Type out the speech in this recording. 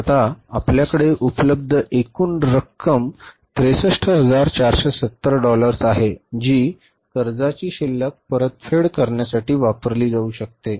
तर आता आपल्याकडे उपलब्ध एकूण रक्कम 63470 डॉलर्स आहे जी कर्जाची शिल्लक परतफेड करण्यासाठी वापरली जाऊ शकते